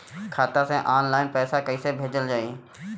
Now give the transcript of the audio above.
खाता से ऑनलाइन पैसा कईसे भेजल जाई?